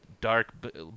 dark